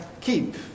keep